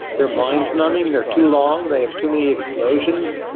they're mind-numbing, they're too long. they have too many explosions.